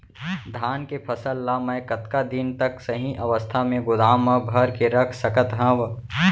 धान के फसल ला मै कतका दिन तक सही अवस्था में गोदाम मा भर के रख सकत हव?